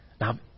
Now